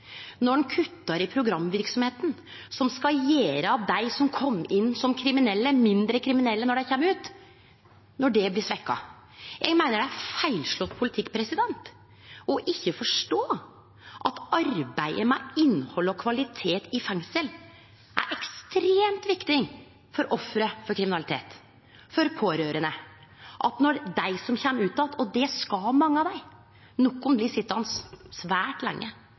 når ein kuttar i gjengangarprosjektet ved Oslo fengsel, når ein kuttar i programverksemda som skal gjere dei som kom inn som kriminelle, mindre kriminelle når dei kjem ut, når dette blir svekt. Eg meiner det er feilslått politikk å ikkje forstå at arbeidet med innhald og kvalitet i fengsel er ekstremt viktig for offer for kriminalitet, for pårørande. Nokon blir sitjande svært lenge,